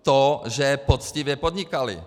To, že poctivě podnikali.